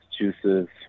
Massachusetts